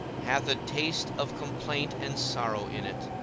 hath a taste of complaint and sorrow in it